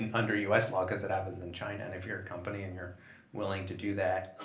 and under u s. law because it happens in china, and if you're a company and you're willing to do that